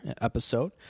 episode